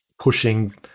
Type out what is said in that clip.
pushing